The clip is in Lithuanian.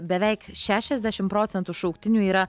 beveik šešiasdešim procentų šauktinių yra